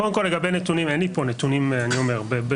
קודם לגבי נתונים, אין לי פה נתונים בשלוף.